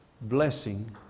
blessing